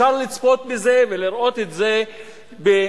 אפשר לצפות בזה ולראות את זה במדויק.